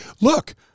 look